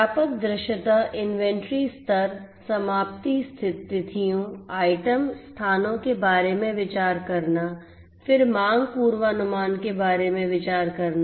व्यापक दृश्यता इन्वेंट्री स्तर समाप्ति तिथियों आइटम स्थानों के बारे में विचार करना फिर मांग पूर्वानुमान के बारे में विचार करना